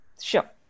Sure